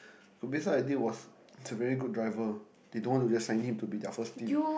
I think was he's a very good driver they don't wanna just sign him to be their first team